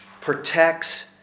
protects